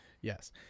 Yes